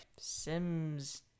Sims